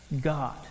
God